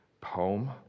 poem